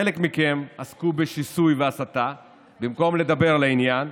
חלק מכם עסק בשיסוי ובהסתה במקום לדבר לעניין.